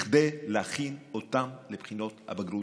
כדי להכין אותם לבחינות הבגרות.